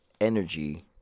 energy